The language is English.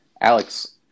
Alex